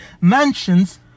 mansions